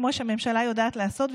כמו שהממשלה יודעת לעשות,